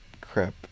Crap